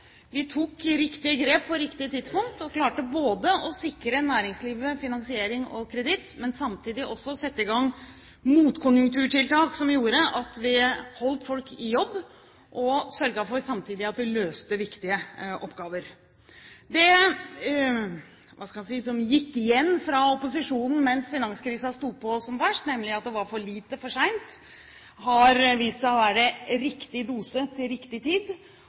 Vi tok riktige grep på riktige tidspunkt og klarte både å sikre næringslivet finansiering og kreditt og å sette i gang motkonjunkturtiltak som gjorde at vi holdt folk i jobb, samtidig som vi sørget for å løse viktige oppgaver. Det som gikk igjen fra opposisjonen mens finanskrisen sto på som verst, nemlig at det var for lite for seint, har vist seg å være riktig dose til riktig tid,